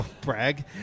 Brag